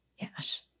Yes